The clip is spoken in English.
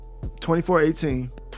24-18